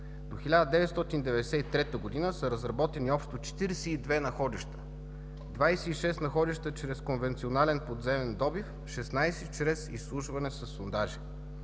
До 1993 г. са разработени общо 42 находища – 26 находища чрез конвенционален подземен добив, 16 – чрез изслушване със сондажи.